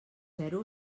zero